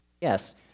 yes